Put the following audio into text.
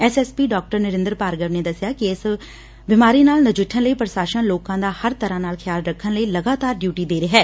S S P ਡਾ ਨਰਿੰਦਰ ਭਾਰਗਵ ਨੇ ਦਸਿਆ ਕਿ ਇਸ ਬਿਮਾਰੀ ਨਾਲ ਨਜਿੱਠਣ ਲਈ ਪ੍ਸ਼ਾਸਨ ਲੋਕਾਂ ਦਾ ਹਰ ਤਰ੍ਪਾਂ ਦਾ ਖਿਆਲ ਰੱਖਣ ਲਈ ਲਗਾਤਾਰ ਡਿਊਟੀ ਦੇ ਰਿਹੈ